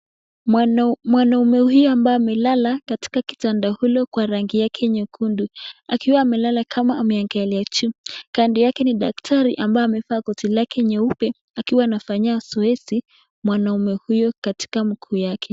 Mwanaume huyu ambaye amelala katika kitanda ule kwa rangi yake nyekundu akiwa amelala kama ameekelea juu. Kando lake ni daktari ambaye amevaa koti lake nyeupe akiwa anafanyia zoezi mwanaume huyu katika mguu yake.